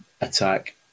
attack